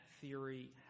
theory